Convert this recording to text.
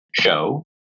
show